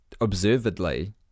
observedly